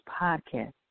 podcast